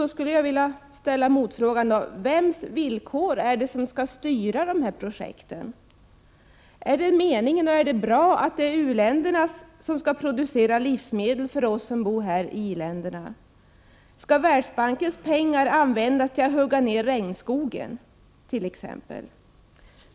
Då skulle jag vilja ställa en motfråga: Vems villkor är det som skall styra projekten? Är det bra att u-länderna skall producera livsmedel för oss som bor i i-länderna? Skall Världsbankens pengar användas t.ex. till att hugga ner regnskogen?